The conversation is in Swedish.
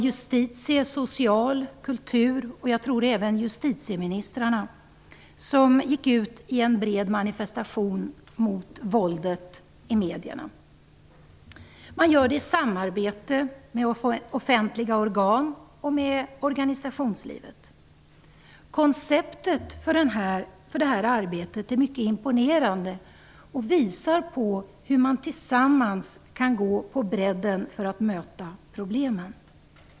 Justieministern, socialministern, kulturministern och, tror jag, utbildningsministern har gått ut i en bred manifestation mot våldet i medierna. Man gör det i samarbete med offentliga organ och med organisationslivet. Konceptet för detta arbete är mycket imponerande och visar på hur man tillsammans på bredden kan möta problemen.